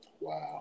Wow